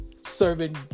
serving